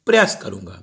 प्रयास करूँगा